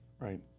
right